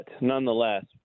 nonetheless